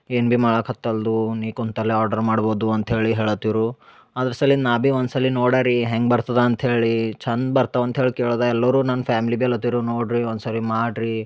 ಏನು ಬಿ ಮಾಡಕ್ಕೆ ಹತ್ತಲ್ದು ನೀ ಕುಂತಲ್ಲೇ ಆರ್ಡ್ರ್ ಮಾಡ್ಬೋದು ಅಂತೇಳಿ ಹೇಳ್ಲತಿರು ಅದ್ರ ಸಲಿಂದ ನಾ ಬಿ ಒಂದ್ಸಲಿ ನೋಡಾ ರೀ ಹೆಂಗ ಬರ್ತದ ಅಂತ ಹೇಳಿ ಚಂದ ಬರ್ತಾವು ಅಂತ ಹೇಳಿ ಕೇಳ್ದ ಎಲ್ಲರು ನನ್ನ ಫ್ಯಾಮ್ಲಿ ಬಿ ಅನ್ಲತಿರು ನೋಡಿರಿ ಒಂದ್ಸರ್ತಿ ಮಾಡ್ರಿ